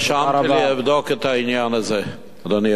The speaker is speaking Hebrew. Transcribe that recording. תודה רבה.